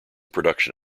production